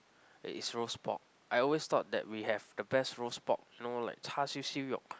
is roast pork I always thought that we have the best roast pork you know like char-siew siew-yoke